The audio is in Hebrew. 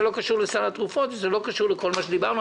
זה לא קשור לסל התרופות ולא קשור לכל מה שדיברנו,